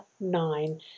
nine